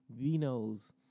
Vinos